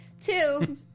Two